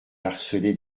harcelé